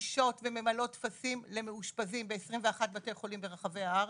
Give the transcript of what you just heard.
שמנגישות וממלאות טפסים למאושפזים ב-21 בתי חולים ברחבי הארץ,